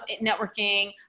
networking